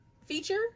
feature